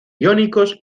iónicos